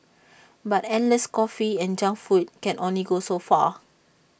but endless coffee and junk food can only go so far